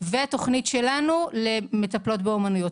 והתוכנית שלנו למטפלות באומנויות.